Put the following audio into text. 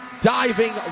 diving